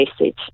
message